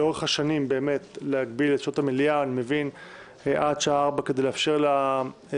לאורך השנים להגביל את שעות המליאה עד שעה 16 כדי לאפשר לעובדים